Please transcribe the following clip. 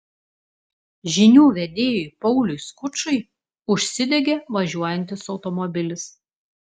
žinių vedėjui pauliui skučui užsidegė važiuojantis automobilis